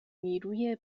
نیروی